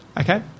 Okay